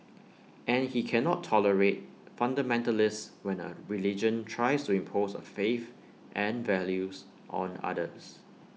and he cannot tolerate fundamentalists when A religion tries to impose A faith and values on others